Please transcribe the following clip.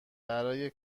برای